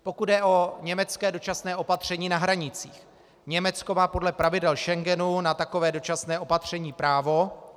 Pokud jde o německé dočasné opatření na hranicích, Německo má podle pravidel Schengenu na takové dočasné opatření právo.